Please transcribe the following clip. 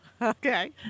Okay